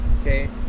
Okay